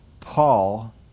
Paul